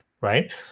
right